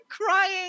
crying